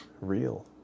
real